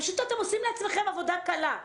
פשוט אתם עושים לעצמכם עבודה קלה.